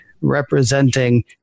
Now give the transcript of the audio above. representing